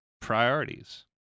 priorities